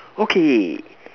okay